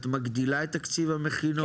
את מגדילה את תקציב המכינות?